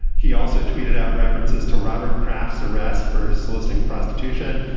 he also tweeted out references to robert kraft's arrest for soliciting prostitution.